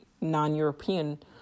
non-European